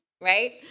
right